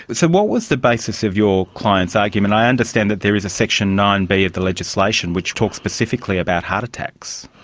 but so was the basis of your client's argument? i understand that there is a section nine b of the legislation which talks specifically about heart attacks.